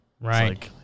Right